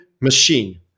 machine